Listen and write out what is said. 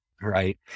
right